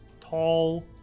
tall